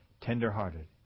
Tender-hearted